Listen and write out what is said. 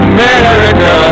America